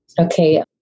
Okay